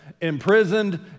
imprisoned